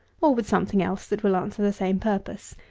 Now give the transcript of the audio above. or with something else that will answer the same purpose.